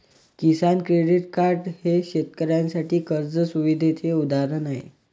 किसान credit card हे शेतकऱ्यांसाठी कर्ज सुविधेचे उदाहरण आहे